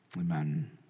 amen